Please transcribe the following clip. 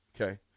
Okay